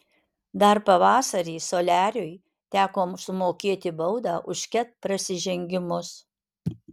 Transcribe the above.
dar pavasarį soliariui teko sumokėti baudą už ket prasižengimus